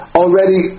already